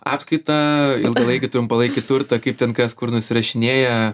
apskaitą ilgalaikį trumpalaikį turtą kaip ten kas kur nusirašinėja